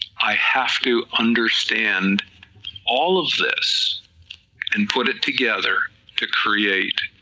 i have to understand all of this and put it together to create